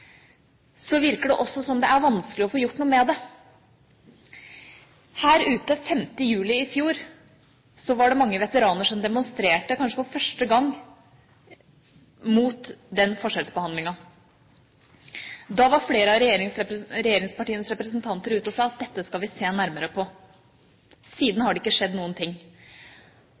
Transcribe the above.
virker det også som om det er vanskelig å få gjort noe med det. Her ute 5. juli i fjor var det mange veteraner som demonstrerte – kanskje for første gang – mot den forskjellsbehandlingen. Da var flere av regjeringspartienes representanter ute og sa at dette skal vi se nærmere på. Siden har det ikke skjedd noen ting.